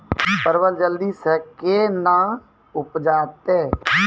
परवल जल्दी से के ना उपजाते?